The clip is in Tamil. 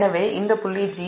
எனவே இந்த 'g' புள்ளி